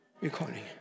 Recording